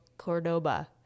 Cordoba